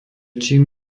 čím